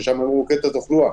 ששם מוקד התחלואה.